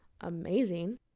amazing